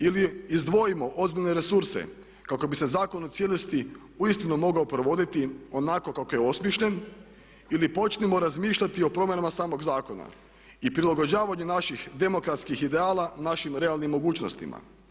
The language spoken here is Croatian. Ili izdvojimo ozbiljne resurse kako bi se zakon u cijelosti uistinu mogao provoditi onako kako je osmišljen ili počnimo razmišljati o promjenama samog zakona i prilagođavanju naših demokratskih ideala našim realnim mogućnostima.